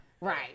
right